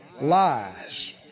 Lies